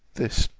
this,